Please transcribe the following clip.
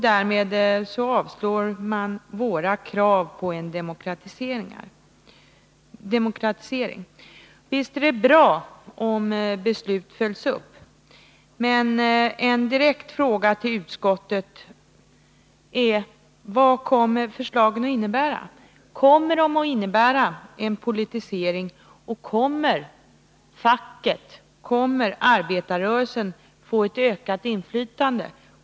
Därmed avstyrker man våra krav på en demokratisering. Visst är det bra om beslut följs upp, men en direkt fråga till utskottet är: Vad kommer förslagen att innebära? Kommer de att innebära en politisering? Kommer facket och arbetarrörelsen att få ett ökat inflytande?